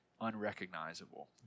unrecognizable